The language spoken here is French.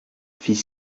fils